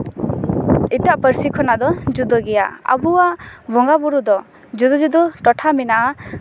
ᱮᱴᱟᱜ ᱯᱟᱹᱨᱥᱤ ᱠᱷᱚᱱᱟᱜ ᱫᱚ ᱡᱩᱫᱟᱹ ᱜᱮᱭᱟ ᱟᱵᱚᱣᱟᱜ ᱵᱚᱸᱜᱟᱼᱵᱳᱨᱳ ᱫᱚ ᱡᱩᱫᱟᱹ ᱡᱩᱫᱟᱹ ᱴᱚᱴᱷᱟ ᱢᱮᱱᱟᱜᱼᱟ